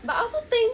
but I also think